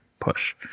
push